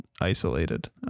isolated